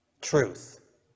truth